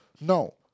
No